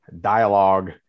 dialogue